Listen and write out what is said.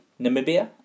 Namibia